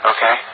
Okay